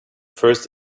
first